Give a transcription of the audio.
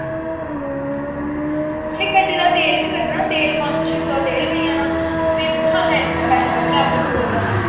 फ्ही गड्डी दा तेल बी कड्ढना पंज सौ छे सौ दा तेल पेई जाना फिर कु'त्थां असें इन्ने पैसे कड्ढने अपने पूरे करने